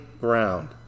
ground